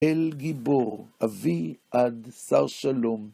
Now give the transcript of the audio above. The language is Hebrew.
אל גיבור, אבי-עד שר-שלום.